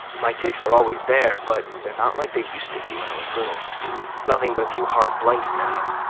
my tics are always there, but they're not like they used to be when i was little nothing but a few hard blinks now,